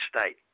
state